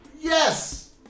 Yes